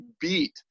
beat